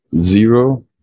zero